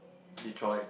Detroit